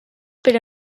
però